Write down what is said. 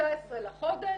ה-19 לחודש,